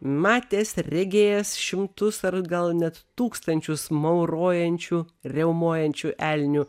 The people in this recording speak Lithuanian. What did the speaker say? matėsi regėjęs šimtus ar gal net tūkstančius maurojančių riaumojančių elnių